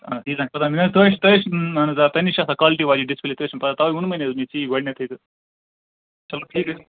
اَہَن حظ تیٖژ ہَن چھُ پتاہ مےٚ حظ تۅہے نِش تۅہے نِش اَہَن حظ آ تۅہے نِش چھِ آسان کالٹی واجیٚنۍ ڈِسپٕلے تَوَے ووٚن نا مےٚ حظ یہِ چیٖز گۅڈٕنیٚتھٕے چَلو ٹھیٖک حظ چھُ